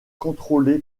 contrôlé